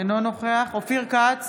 אינו נוכח אופיר כץ,